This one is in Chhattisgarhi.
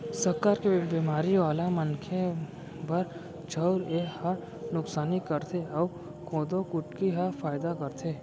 सक्कर के बेमारी वाला मनखे बर चउर ह नुकसानी करथे अउ कोदो कुटकी ह फायदा करथे